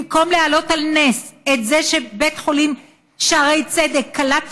במקום להעלות על נס את זה שבית החולים שערי צדק קלט